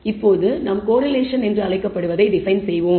இப்போது நாம் கோரிலேஷன் என்று அழைப்பதை டிபைன் செய்வோம்